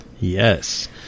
Yes